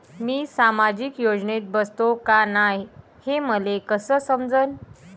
मी सामाजिक योजनेत बसतो का नाय, हे मले कस समजन?